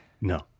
No